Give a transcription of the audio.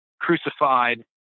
crucified